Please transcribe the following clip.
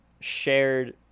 shared